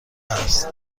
است